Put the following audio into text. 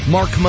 Mark